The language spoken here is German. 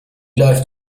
läuft